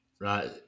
Right